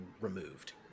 removed